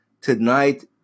Tonight